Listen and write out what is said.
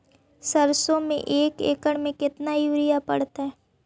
सरसों में एक एकड़ मे केतना युरिया पड़तै?